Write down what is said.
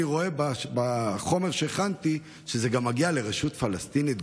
אני רואה בחומר שהכנתי שזה גם מגיע לרשות הפלסטינית,